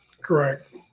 Correct